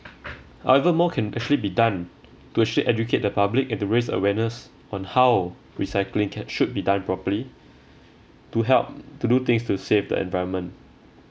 either more can actually be done to actually educate the public and to raise awareness on how recycling can should be done properly to help to do things to save the environment